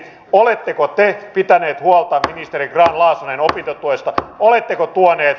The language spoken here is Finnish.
oletteko te pitänyt huolta ministeri grahn laasonen opintotuesta